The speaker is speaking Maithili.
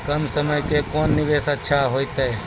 कम समय के कोंन निवेश अच्छा होइतै?